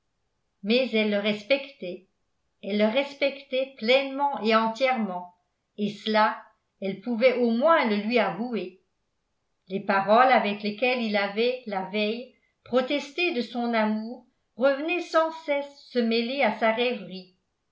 mais elle le respectait elle le respectait pleinement et entièrement et cela elle pouvait au moins le lui avouer les paroles avec lesquelles il avait la veille protesté de son amour revenaient sans cesse se mêler à sa rêverie